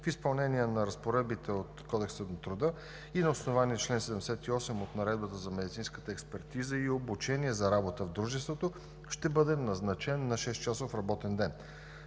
в изпълнение на разпоредбите от Кодекса на труда и на основание чл. 78 от Наредбата за медицинската експертиза и обучение за работа в дружеството ще бъде назначен на шестчасов работен ден.